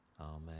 Amen